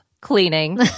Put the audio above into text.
cleaning